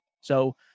So-